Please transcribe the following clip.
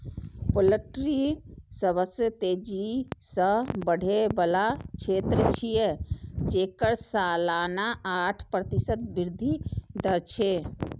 poultry सबसं तेजी सं बढ़ै बला क्षेत्र छियै, जेकर सालाना आठ प्रतिशत वृद्धि दर छै